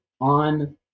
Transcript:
on